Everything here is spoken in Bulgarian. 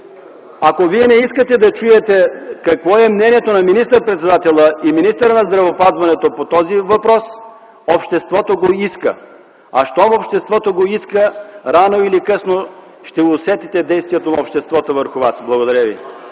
ако Вие не искате да чуете какво е мнението на министър-председателя и на министъра на здравеопазването по този въпрос, обществото го иска. Щом обществото го иска, рано или късно ще усетите действието на обществото върху вас. Благодаря Ви.